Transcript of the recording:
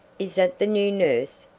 is that the new nurse?